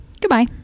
Goodbye